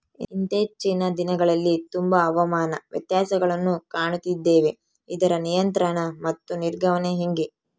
ಇತ್ತೇಚಿನ ದಿನಗಳಲ್ಲಿ ತುಂಬಾ ಹವಾಮಾನ ವ್ಯತ್ಯಾಸಗಳನ್ನು ಕಾಣುತ್ತಿದ್ದೇವೆ ಇದರ ನಿಯಂತ್ರಣ ಮತ್ತು ನಿರ್ವಹಣೆ ಹೆಂಗೆ?